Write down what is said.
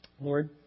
Lord